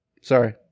sorry